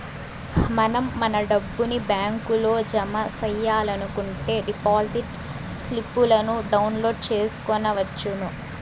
మనం మన డబ్బుని బ్యాంకులో జమ సెయ్యాలనుకుంటే డిపాజిట్ స్లిప్పులను డౌన్లోడ్ చేసుకొనవచ్చును